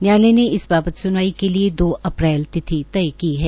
न्यायालय ने इस बाबत सुनर्वा के लिए दो अप्रैल तिथि तय की है